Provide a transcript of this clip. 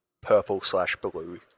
purple-slash-blue